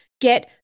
get